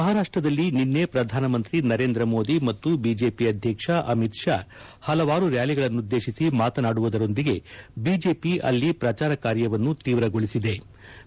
ಮಹಾರಾಷ್ಟದಲ್ಲಿ ನಿನ್ನೆ ಪ್ರಧಾನಮಂತ್ರಿ ನರೇಂದ್ರ ಮೋದಿ ಮತ್ತು ಬಿಜೆಪಿ ಅಧ್ಯಕ್ಷ ಅಮಿತ್ ಷಾ ಹಲವಾರು ರ್ಡಾಲಿಗಳನ್ನುದ್ದೇಶಿಸಿ ಮಾತನಾಡುವುದರೊಂದಿಗೆ ಬಿಜೆಪಿ ಅಲ್ಲಿ ಪ್ರಚಾರ ಕಾರ್ಯವನ್ನು ತೀವ್ರಗೊಳಿಸಿವೆ